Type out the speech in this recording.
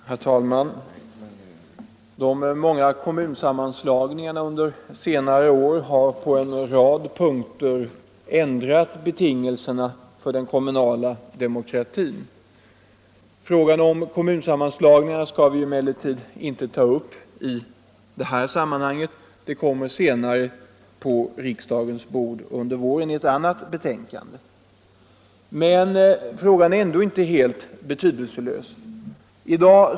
Herr talman! De många kommunsammanslagningarna under senare år har på en rad punkter ändrat betingelserna för den kommunala demokratin. Frågan om kommunsammanslagningarna skall vi emellertid inte ta upp i detta sammanhang. Den kommer på riksdagens bord senare under våren i ett annat betänkande. Frågan är ändå inte ointressant i dag.